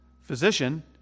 Physician